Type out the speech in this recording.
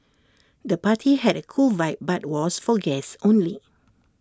the party had A cool vibe but was for guests only